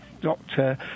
doctor